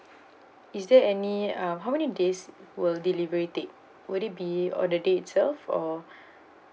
is there any uh how many days will delivery take would it be on the day itself or